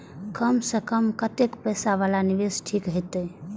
कम से कम कतेक पैसा वाला निवेश ठीक होते?